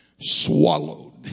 swallowed